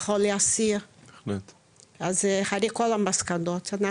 אז אחרי כל המסקנות,